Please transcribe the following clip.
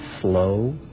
slow